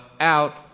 out